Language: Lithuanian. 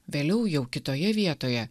vėliau jau kitoje vietoje